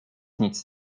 nic